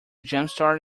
jumpstart